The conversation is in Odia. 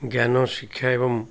ଜ୍ଞାନ ଶିକ୍ଷା ଏବଂ